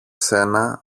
σένα